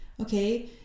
okay